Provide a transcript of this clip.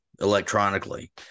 electronically